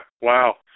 wow